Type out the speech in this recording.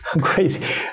crazy